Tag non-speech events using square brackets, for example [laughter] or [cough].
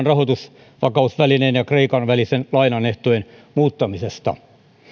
[unintelligible] rahoitusvakausvälineen ja kreikan välisen lainan ehtojen muuttamisesta